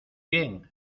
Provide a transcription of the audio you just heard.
bien